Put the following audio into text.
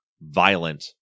violent